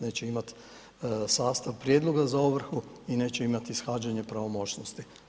Neće imati sastav prijedloga za ovrhu i neće imati ishođenje pravomoćnosti.